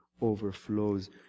overflows